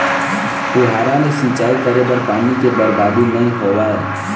फुहारा ले सिंचई करे म पानी के बरबादी नइ होवय